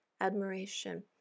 admiration